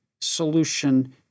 solution